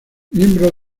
miembro